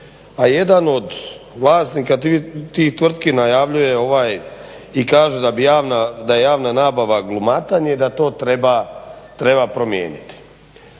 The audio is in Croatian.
a jedan od vlasnika tih tvrtki najavljuje i kaže da je javna nabava glumatanje i da to treba promijeniti.